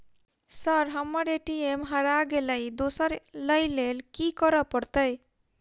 Sir हम्मर ATM हरा गइलए दोसर लईलैल की करऽ परतै?